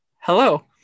Hello